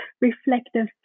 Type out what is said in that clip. reflective